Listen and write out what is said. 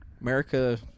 America